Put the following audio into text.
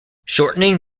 shortening